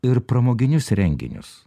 ir pramoginius renginius